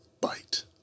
Bite